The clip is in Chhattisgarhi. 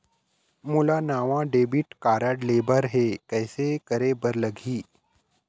मोला नावा डेबिट कारड लेबर हे, कइसे करे बर लगही?